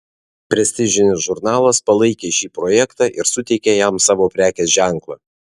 prestižinis žurnalas palaikė šį projektą ir suteikė jam savo prekės ženklą